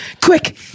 Quick